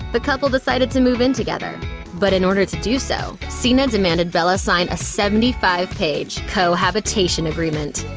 the couple decided to move in together but in order to do so, cena demanded bella sign a seventy five page co-habitation agreement,